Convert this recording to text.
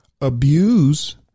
abuse